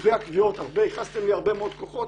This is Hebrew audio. קובע קביעות ייחסתם לי הרבה מאוד כוחות,